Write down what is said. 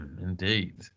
indeed